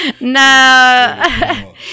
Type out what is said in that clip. No